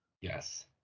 Yes